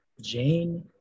Jane